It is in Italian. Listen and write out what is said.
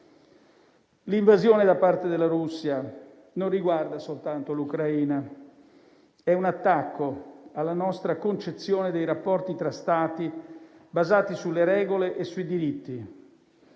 L'invasione da parte della Russia non riguarda soltanto l'Ucraina, è un attacco alla nostra concezione dei rapporti tra Stati basati sulle regole e sui diritti.